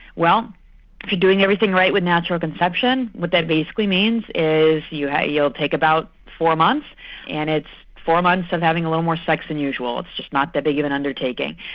are doing everything right with natural conception what that basically means is you yeah you will take about four months and it's four months of having a little more sex than usual, it's just not that big of an undertaking.